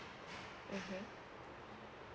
mmhmm